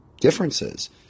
differences